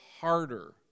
harder